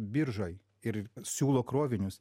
biržoj ir siūlo krovinius